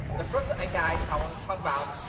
the first api i want to talk about,